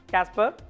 Casper